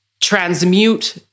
transmute